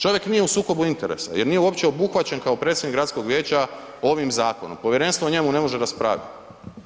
Čovjek nije u sukobu interesa jer nije uopće obuhvaćen kao predsjednik gradskog vijeća ovim zakonom, povjerenstvo o njemu ne može raspravljat.